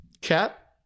cat